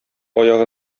аягы